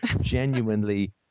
genuinely